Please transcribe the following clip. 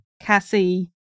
Cassie